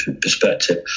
perspective